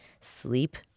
sleep